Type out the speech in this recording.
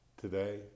today